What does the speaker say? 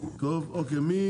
מי